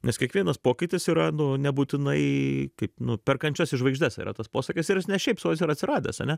nes kiekvienas pokytis yra nu nebūtinai kaip nu per kančias į žvaigždes yra tas posakis ir is ne šiaip sau atsiradęs ane